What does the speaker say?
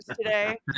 today